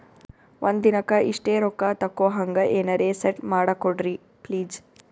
ಒಂದಿನಕ್ಕ ಇಷ್ಟೇ ರೊಕ್ಕ ತಕ್ಕೊಹಂಗ ಎನೆರೆ ಸೆಟ್ ಮಾಡಕೋಡ್ರಿ ಪ್ಲೀಜ್?